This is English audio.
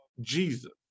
Jesus